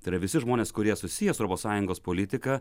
tai yra visi žmonės kurie susiję su europos sąjungos politika